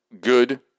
good